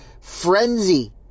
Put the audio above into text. frenzy